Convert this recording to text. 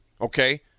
okay